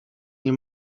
nie